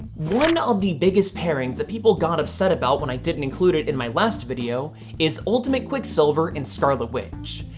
one and of the biggest pairings that people got upset about when i didn't include in my last video is ultimate quicksilver and scarlet witch.